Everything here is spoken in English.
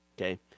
okay